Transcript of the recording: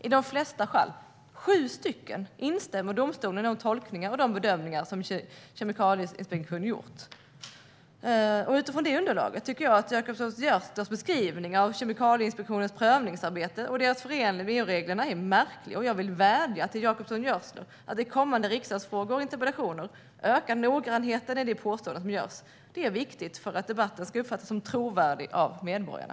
I de flesta fall, sju stycken, instämmer domstolen i de tolkningar och bedömningar som Kemikalieinspektionen har gjort. Utifrån det underlaget tycker jag att Jacobsson Gjörtlers beskrivning av Kemikalieinspektionens prövningsarbete och dess förenlighet med EU-reglerna är märklig. Jag vill vädja till Jacobsson Gjörtler att i kommande riksdagsfrågor och interpellationer öka noggrannheten i de påståenden som görs. Det är viktigt för att debatten ska uppfattas som trovärdig av medborgarna.